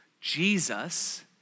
Jesus